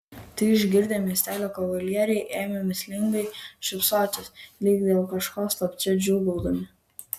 tai išgirdę miestelio kavalieriai ėmė mįslingai šypsotis lyg dėl kažko slapčia džiūgaudami